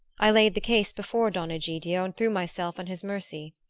i laid the case before don egidio and threw myself on his mercy.